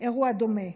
אירוע דומה.